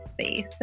space